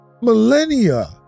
millennia